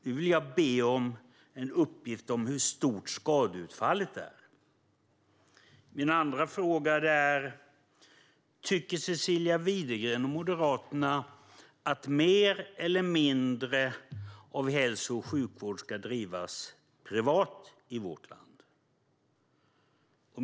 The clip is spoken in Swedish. Nu vill jag be om en uppgift om hur stort skadeutfallet är. Min andra fråga är: Tycker Cecilia Widegren och Moderaterna att mer eller mindre av hälso och sjukvård ska bedrivas privat i vårt land?